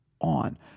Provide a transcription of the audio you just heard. on